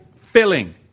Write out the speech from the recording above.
filling